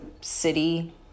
city